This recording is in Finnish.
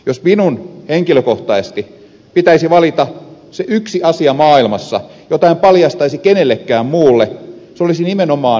jos minun henkilökohtaisesti pitäisi valita se yksi asia maailmassa jota en paljastaisi kenellekään muulle se olisi nimenomaan minun kiintolevyni